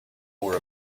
wore